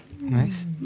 Nice